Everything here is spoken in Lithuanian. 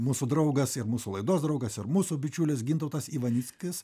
mūsų draugas ir mūsų laidos draugas ir mūsų bičiulis gintautas ivanickis